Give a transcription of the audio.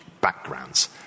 backgrounds